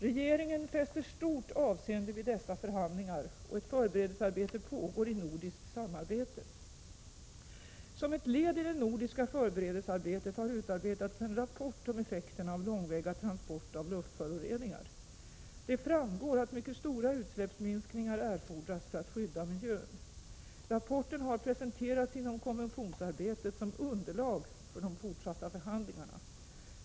Regeringen fäster stort avseende vid dessa förhandlingar, och ett förberedelsearbete pågår i nordiskt samarbete. Som ett led i det nordiska förberedelsearbetet har utarbetats en rapport om effekterna av långväga transport av luftföroreningar. Det framgår att mycket stora utsläppsminskningar erfordras för att skydda miljön. Rapporten har presenterats inom konventionsarbetet som underlag för de fortsatta förhandlingarna.